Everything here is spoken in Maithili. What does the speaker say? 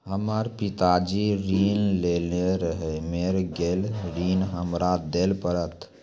हमर पिताजी ऋण लेने रहे मेर गेल ऋण हमरा देल पड़त?